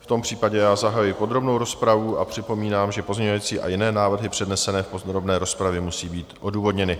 V tom případě zahajuji podrobnou rozpravu a připomínám, že pozměňující a jiné návrhy přednesené v podrobné rozpravě musí být odůvodněny.